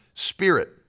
Spirit